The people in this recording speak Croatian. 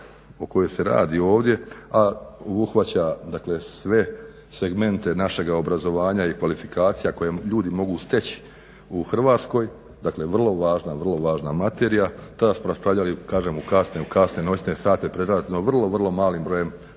o kojoj se radi ovdje a obuhvaća dakle sve segmente našega obrazovanja i kvalifikacija koje ljudi mogu steć u Hrvatskoj. Dakle vrlo važna materija, ta smo raspravljali kažem u kasne noće sate pred relativno vrlo, vrlo malim brojem